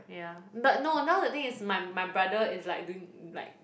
yeah but no now the thing is my my brother is like doing like